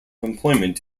employment